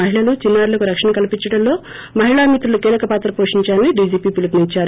మహిళలు చిన్నా రులకు రక్షణ కల్సించడంలో మహిళా మిత్రలు కీలక పాత్ర పోషించాలని డిజిపి పిలుపునిచ్చారు